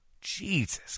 Jesus